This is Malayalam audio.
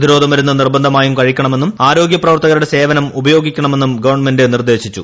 പ്രതിരോധ്മരുന്ന് നിർബന്ധമായും കഴിക്കണമെന്നും ആരോഗ്യ പ്രവർത്തകരുടെ സേവനം ഉപയോഗിക്കണമെന്നും ശ്വൺമെന്റ് നിർദ്ദേശിച്ചു